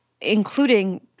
including